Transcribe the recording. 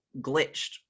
glitched